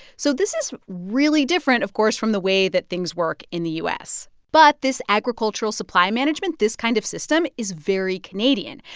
so this is really different, of course, from the way that things work in the u s. but this agricultural supply management this kind of system is very canadian.